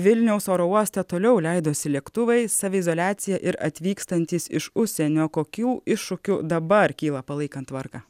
vilniaus oro uoste toliau leidosi lėktuvai saviizoliacija ir atvykstantys iš užsienio kokių iššūkių dabar kyla palaikant tvarką